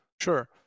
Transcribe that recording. Sure